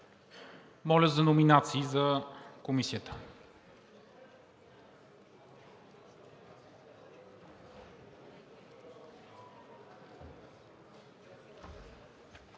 Моля за номинации за Комисията.